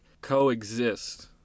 coexist